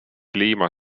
veelgi